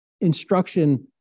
instruction